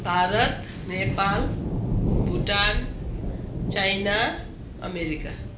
Bharat Nepal Bhutan China America